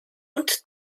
und